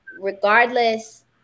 Regardless